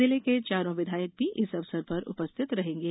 जिले के चारों विधायक भी इस अवसर पर उपस्थित रहेंगे